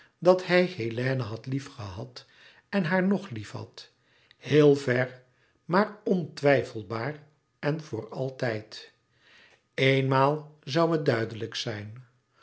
dat hij hélène had liefgehad en haar nog liefhad heel ver maar ontwijfelbaar en voor altijd eénmaal zoû het duidelijk zijn